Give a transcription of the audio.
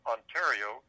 Ontario